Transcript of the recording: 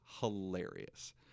hilarious